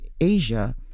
Asia